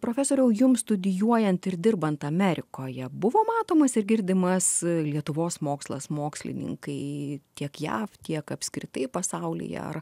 profesoriau jums studijuojant ir dirbant amerikoje buvo matomas ir girdimas lietuvos mokslas mokslininkai tiek jav tiek apskritai pasaulyje ar